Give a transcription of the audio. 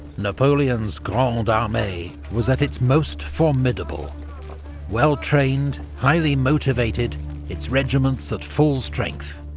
napoleon's grande armee was at its most formidable well trained, highly motivated its regiments at full strength.